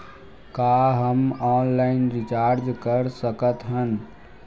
का हम online recharge कर सकत हन?